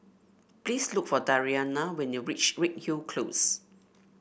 please look for Dariana when you reach Redhill Close